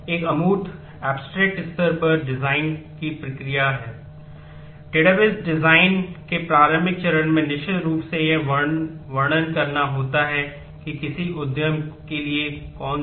एक अमूर्त की प्रक्रिया